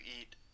eat